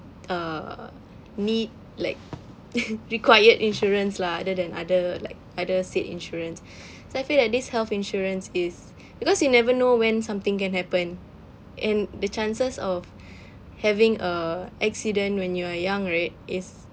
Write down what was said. uh need like required insurance lah other than other like other said insurance so I feel that this health insurance is because you never know when something can happen and the chances of having uh accident when you are young right is